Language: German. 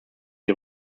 die